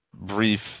Brief